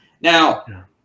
Now